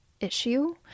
issue